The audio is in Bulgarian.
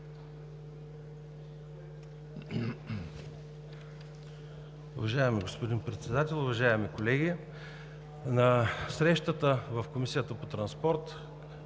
Уважаеми господин Председател, уважаеми колеги! На срещата в Комисията по транспорт,